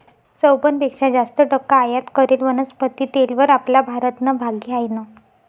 चोपन्न पेक्शा जास्त टक्का आयात करेल वनस्पती तेलवर आपला भारतनं भागी हायनं